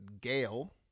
Gail